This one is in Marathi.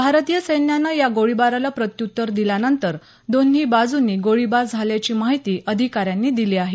भारतीय सैन्यानं या गोळीबाराला प्रत्युत्तर दिल्यानंतर दोन्ही बाजुंनी गोळीबार झाल्याची माहिती अधिकाऱ्यांनी दिली आहे